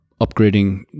upgrading